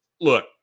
Look